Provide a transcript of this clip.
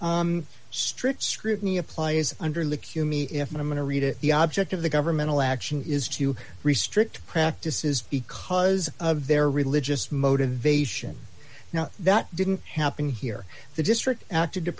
strict scrutiny apply as under look you me if i'm going to read it the object of the governmental action is to restrict practices because of their religious motivation now that didn't happen here the district acted to